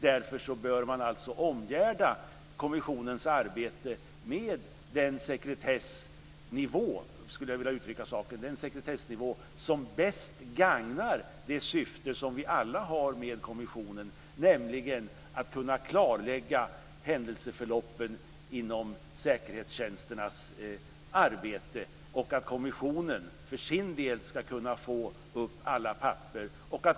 Därför bör man omgärda kommissionens arbete med den sekretessnivå som bäst gagnar det syfte vi alla har med kommissionen - nämligen att kunna klarlägga händelseförloppen inom säkerhetstjänsternas arbete. Kommissionen ska för sin del kunna få upp alla papper.